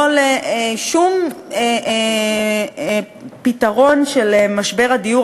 לא לשום פתרון של משבר הדיור,